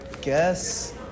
guess